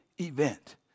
event